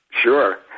Sure